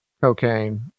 cocaine